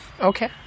okay